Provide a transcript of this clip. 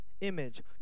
image